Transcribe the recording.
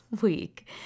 week